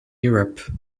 europe